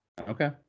Okay